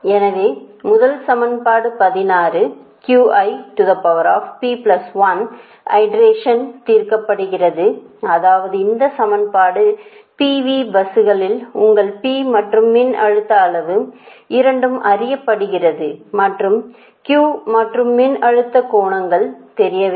எனவே முதல் சமன்பாடு 16 என்பது ஐட்ரேஷனுக்காக தீர்க்கப்படுகிறது அதாவது இந்த சமன்பாடு P V பஸ்களில் உங்கள் P மற்றும் மின்னழுத்த அளவு இரண்டும் அறியப்படுகிறது மற்றும் Q மற்றும் மின்னழுத்த கோணங்கள் தெரியவில்லை